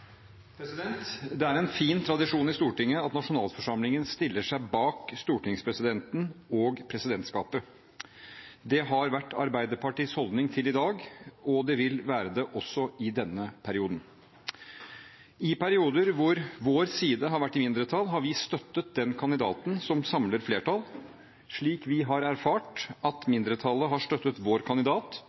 Det er en fin tradisjon i Stortinget at nasjonalforsamlingen stiller seg bak stortingspresidenten og presidentskapet. Det har vært Arbeiderpartiets holdning til i dag, og det vil være det også i denne perioden. I perioder hvor vår side har vært i mindretall, har vi støttet den kandidaten som samler flertall, slik vi har erfart at mindretallet har støttet vår kandidat